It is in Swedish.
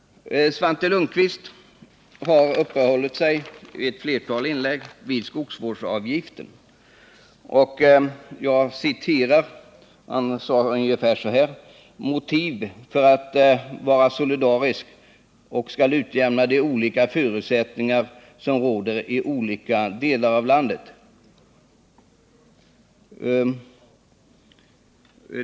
Svante Lundkvist har i ett flertal inlägg uppehållit sig vid skogsvårdsavgiften. Han sade ungefär följande: Motivet för avgiften är att vi måste vara solidariska. Den skall utjämna de olika förutsättningar som råder i olika delar av landet.